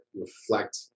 reflect